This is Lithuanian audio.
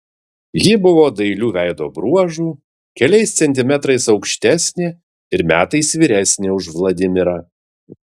ji buvo dailių veido bruožų keliais centimetrais aukštesnė ir metais vyresnė už vladimirą